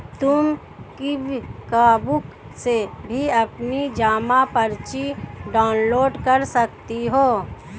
तुम क्विकबुक से भी अपनी जमा पर्ची डाउनलोड कर सकती हो